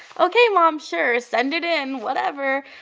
okay, mom, sure send it in. whatever.